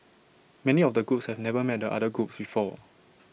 many of the groups have never met the other groups before